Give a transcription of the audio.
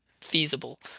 feasible